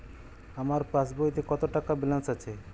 আমার পাসবইতে কত টাকা ব্যালান্স আছে?